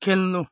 खेल्नु